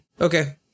Okay